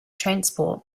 transport